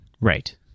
Right